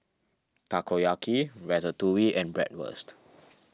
Takoyaki Ratatouille and Bratwurst